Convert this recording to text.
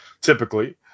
typically